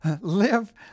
Live